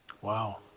Wow